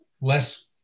less